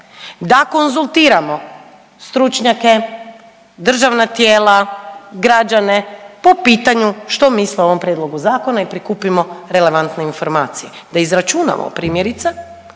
da konzultiramo stručnjake, državna tijela, građane po pitanju što misle o ovom prijedlogu zakona i prikupimo relevantne informacije, da izračunamo primjerice